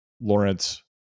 Lawrence